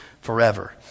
forever